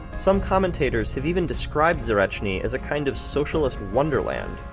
some commentators have even described zarechny as a kind of socialist wonderland,